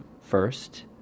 first